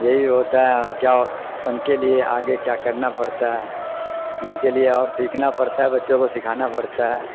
یہی ہوتا ہے ان کیا ان کے لیے آگے کیا کرنا پڑتا ہے ان کے لیے اور سیکھنا پڑتا ہے بچوں کو سکھانا پڑتا ہے